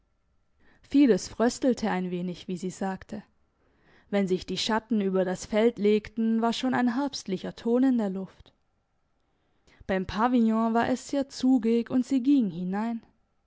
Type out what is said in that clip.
fides fröstelte ein wenig wie sie sagte wenn sich die schatten über das feld legten war schon ein herbstlicher ton in der luft beim pavillon war es sehr zugig und sie gingen hinein